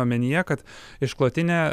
omenyje kad išklotinė